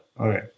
Okay